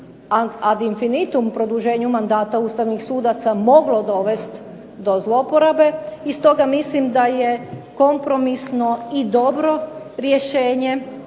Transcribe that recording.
ad infinitum produženju mandata ustavnih sudaca moglo dovest do zloporabe i stoga mislim da je kompromisno i dobro rješenje